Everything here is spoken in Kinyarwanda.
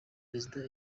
perezida